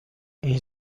این